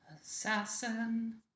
assassin